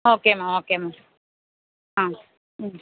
okay ma'am okay ma'am ஆ ம்